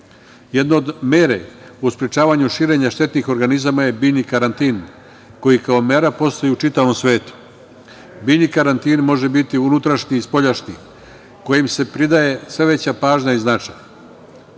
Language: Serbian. od mera u sprečavanju širenja štetnih organizama je biljni karantin, koji kao mera postoji u čitavom svetu. Biljni karantin može biti unutrašnji i spoljašnji kojem se pridaje sve veća pažnja i značaj. Često